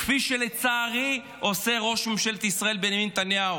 כפי שלצערי עושה ראש ממשלת ישראל בנימין נתניהו.